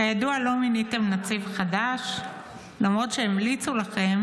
כידוע, לא מיניתם נציב חדש למרות שהמליצו לכם,